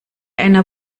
einer